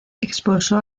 expulsó